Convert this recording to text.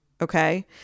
Okay